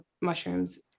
mushrooms